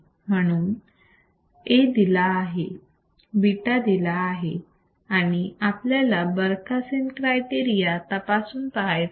म्हणून A दिला आहे β दिला आहे आणि आपल्याला बरखासेन क्रायटेरिया तपासून पाहायचा आहे